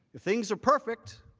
things are perfect,